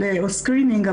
או סקרינינג,